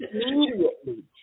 Immediately